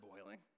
boiling